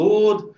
Lord